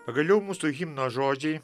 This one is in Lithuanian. pagaliau mūsų himno žodžiai